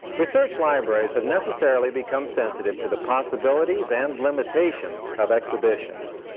research libraries have necessarily become sensitive to the possibilities and limitations of exhibitions.